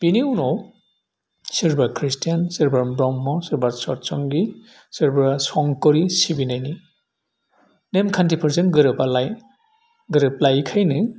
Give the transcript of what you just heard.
बेनि उनाव सोरबा खृष्टीयान सोरबा ब्रह्म सोरबा सत संगि सोरबा संकरि सिबिनायनि नेमखान्थिफोरजों गोरोबालाय गोरोबलायैखायनो